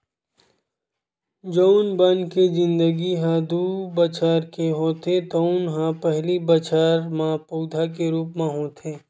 जउन बन के जिनगी ह दू बछर के होथे तउन ह पहिली बछर म पउधा के रूप म होथे